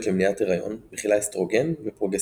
למניעת היריון מכילה אסטרוגן ופרוגסטוגן.